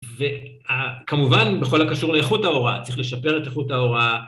וכמובן בכל הקשור לאיכות ההוראה, צריך לשפר את איכות ההוראה